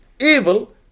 Evil